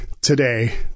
today